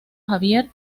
javier